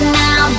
now